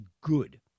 good